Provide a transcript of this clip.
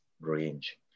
range